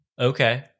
okay